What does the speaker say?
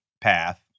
path